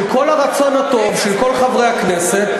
של כל הרצון הטוב של כל חברי הכנסת.